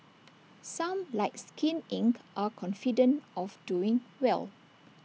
some like skin Inc are confident of doing well